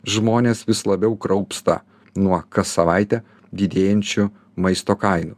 žmonės vis labiau kraupsta nuo kas savaitę didėjančių maisto kainų